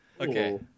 okay